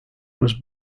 was